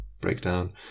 breakdown